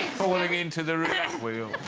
falling into the